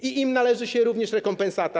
I im należy się również rekompensata.